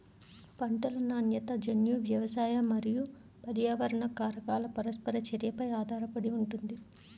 పంటల నాణ్యత జన్యు, వ్యవసాయ మరియు పర్యావరణ కారకాల పరస్పర చర్యపై ఆధారపడి ఉంటుంది